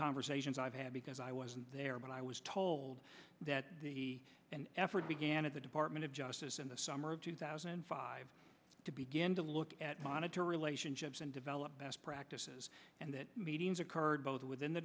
conversations i've had because i wasn't there but i was told that the effort began at the department of justice in the summer of two thousand and five to begin to look at monitor relationships and develop best practices and that meetings occurred both within the